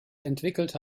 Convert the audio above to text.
entwickelte